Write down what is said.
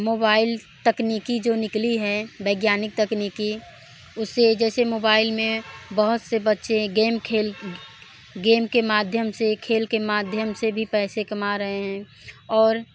mobile तकनीकी जो निकली है वैज्ञानिक तकनीकी उसे जैसे मोबाइल में बहुत से बच्चे गेम खेल गेम के माध्यम से खेल के माध्यम से भी पैसे कमा रहे हैं और